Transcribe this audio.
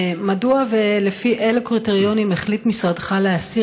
מדוע ועל פי אילו קריטריונים החליט משרדך להסיר